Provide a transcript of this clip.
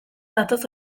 datoz